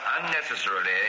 unnecessarily